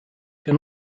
can